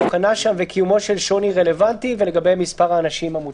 וקיומו של שווני רלוונטי ומספר האנשים המותר.